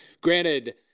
granted –